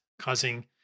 causing